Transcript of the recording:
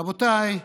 רבותיי,